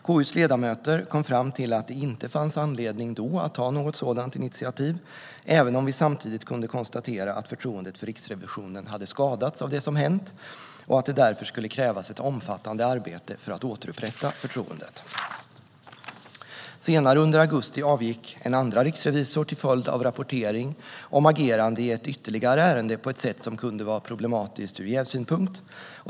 KU:s ledamöter kom fram till att det då inte fanns anledning att ta något sådant initiativ, även om vi samtidigt kunde konstatera att förtroendet för Riksrevisionen hade skadats av det som hänt och att det därför skulle krävas ett omfattande arbete för att återupprätta förtroendet. Senare under augusti avgick en andra riksrevisor till följd av rapportering i ytterligare ett ärende om agerande som kunde vara problematiskt ur jävssynpunkt.